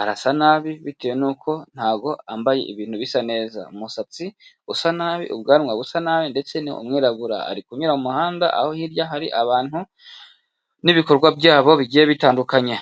arasa nabi bitewe nuko ntabwo yambaye ibintu bisa neza, umusatsi usa nabi, ubwanwa busa nabi ndetse ni umwirabura, ari kunyura mu muhanda aho hirya hari abantu n'ibikorwa byabo bigiye bitandukanye.